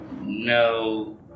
No